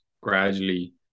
gradually